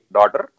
Daughter